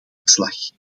verslag